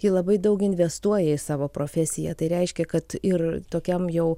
ji labai daug investuoja į savo profesiją tai reiškia kad ir tokiam jau